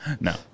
No